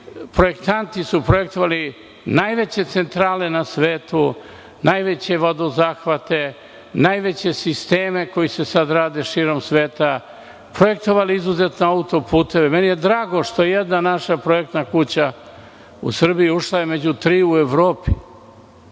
projektanti su projektovali najveće centrale na svetu, najveće vodozahvate, najveće sisteme koji se sada rade širom sveta, projektovali izuzetne auto-puteve. Meni je drago što jedna naša projektna firma u Srbiji je ušla u tri u Evropi.